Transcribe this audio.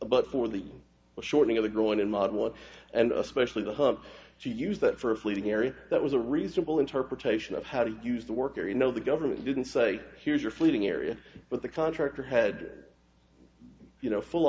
but for the shortening of the growing in modern one and especially the hump she used that for a fleeting area that was a reasonable interpretation of how to use the work or you know the government didn't say here's your fleeting area but the contractor had you know full